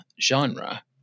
genre